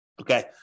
Okay